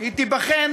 שהיא תיבחן,